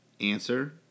Answer